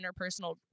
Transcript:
interpersonal